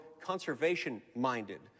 conservation-minded